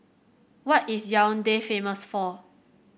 what is Yaounde famous for